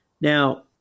Now